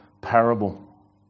parable